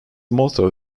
motto